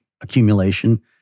accumulation